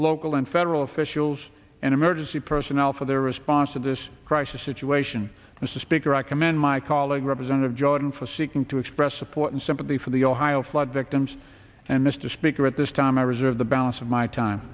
local and federal officials and emergency personnel for their response to this crisis situation mr speaker i commend my colleague representative jordan for seeking to express support and sympathy for the ohio flood victims and mr speaker at this time i reserve the balance of my time